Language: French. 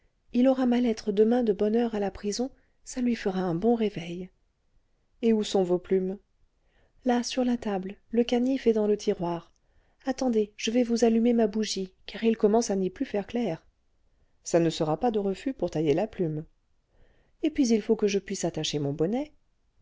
il aura ma lettre demain de bonne heure à la prison ça lui fera un bon réveil et où sont vos plumes là sur la table le canif est dans le tiroir attendez je vais vous allumer ma bougie car il commence à n'y plus faire clair ça ne sera pas de refus pour tailler la plume et puis il faut que je puisse attacher mon bonnet